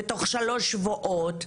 ותוך שלושה שבועות?